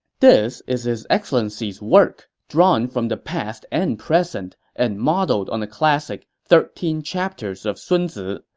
this is his excellency's work, drawn from the past and present, and modeled on the classic thirteen chapters of sun zi.